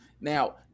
Now